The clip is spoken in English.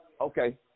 Okay